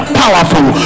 powerful